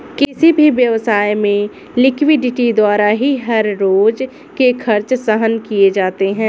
किसी भी व्यवसाय में लिक्विडिटी द्वारा ही हर रोज के खर्च सहन किए जाते हैं